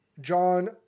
John